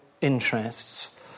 interests